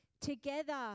together